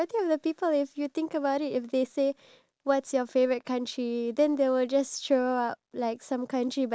go for it ourselves and then or not really have a travel guide but have a local